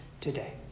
today